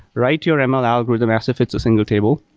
write your and ml algorithm as if it's a single table.